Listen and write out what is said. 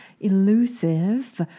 elusive